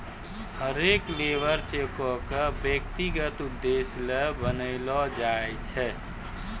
हरेक लेबर चेको क व्यक्तिगत उद्देश्य ल बनैलो जाय छै